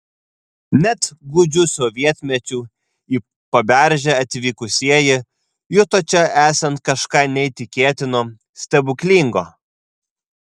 net gūdžiu sovietmečiu į paberžę atvykusieji juto čia esant kažką neįtikėtino stebuklingo